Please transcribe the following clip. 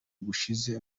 gushize